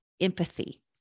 empathy